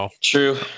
True